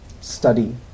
study